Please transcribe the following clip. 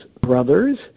brothers